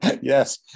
Yes